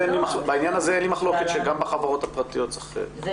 בעניין הזה אין לי מחלוקת שגם בחברות הפרטיות צריך.